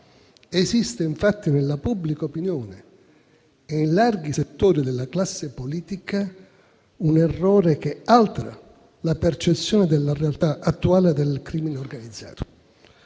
Esiste infatti, nella pubblica opinione e in larghi settori della classe politica, un errore che altera la percezione della realtà attuale del crimine organizzato.